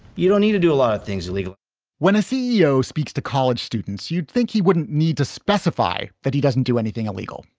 you don't need to do a lot of things illegal when a ceo speaks to college students, you'd think he wouldn't need to specify that he doesn't do anything illegal.